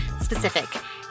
specific